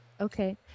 Okay